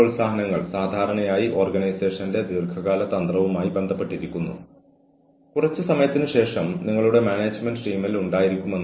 വ്യത്യസ്ത തരത്തിലുള്ള പരാതികൾ വ്യത്യസ്ത സാഹചര്യങ്ങൾ എന്നിവയുമായി ആളുകൾ നിങ്ങളുടെ അടുക്കൽ വരാം